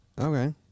Okay